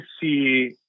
see